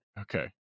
okay